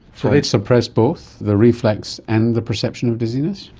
so they'd suppress both, the reflex and the perception of dizziness?